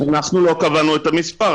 אנחנו לא קבענו את המספר.